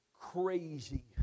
crazy